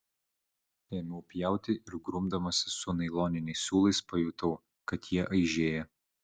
ėmiau pjauti ir grumdamasis su nailoniniais siūlais pajutau kad jie aižėja